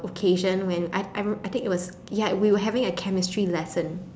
occasion when I I I think it was ya we were having a chemistry lesson